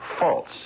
false